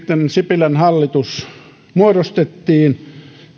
sipilän hallitus muodostettiin